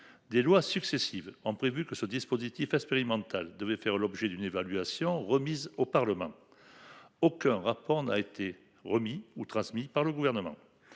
des lois successives en prévu que ce dispositif aspirine mental devait faire l'objet d'une évaluation remise au Parlement. Aucun rapport n'a été remis ou transmis par le gouvernement.